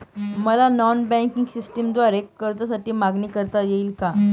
मला non banking सिस्टमद्वारे कर्जासाठी मागणी करता येईल का?